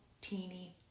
teeny